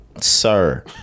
Sir